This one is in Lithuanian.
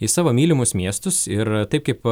į savo mylimus miestus ir taip kaip